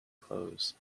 clothes